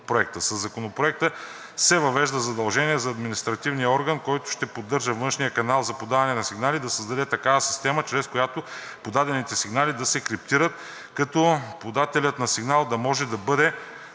Със Законопроекта се въвежда задължение за административния орган, който ще поддържа външния канал за подаване на сигнали да създаде такава система, чрез която подадените сигнали да се криптират, като подателят на сигнала да може да бъде